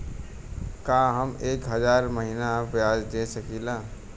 का हम एक हज़ार महीना ब्याज दे सकील?